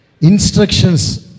Instructions